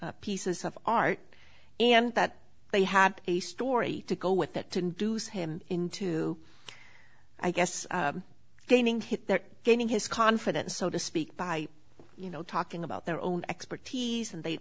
pieces of art and that they had a story to go with that to induce him into i guess gaining him there gaining his confidence so to speak by you know talking about their own expertise and they